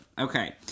Okay